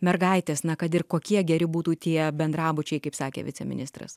mergaitės na kad ir kokie geri būtų tie bendrabučiai kaip sakė viceministras